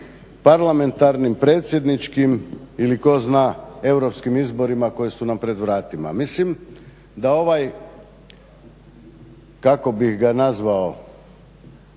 parlamentarnim, predsjedničkim ili ko zna, europskim izborima koji su nam pred vratima. Mislim da ovaj, kako bih ga nazvao,